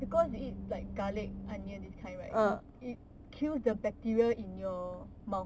because they eat like garlic onion these kind right it it kills the bacteria in your mouth